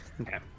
Okay